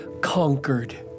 conquered